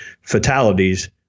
fatalities